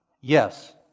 Yes